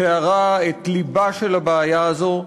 את לבה של הבעיה הזאת.